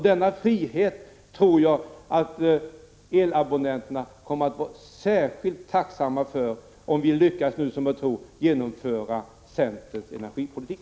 Denna frihet tror jag att elabonnenterna kommer att vara särskilt tacksamma för om vi, som jag tror, lyckas genomföra centerns energipolitik.